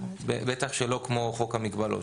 בטח שלא כמו חוק המגבלות,